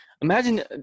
imagine